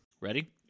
Ready